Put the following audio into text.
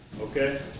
okay